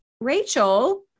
Rachel